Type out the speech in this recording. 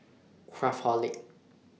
Craftholic